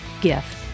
gift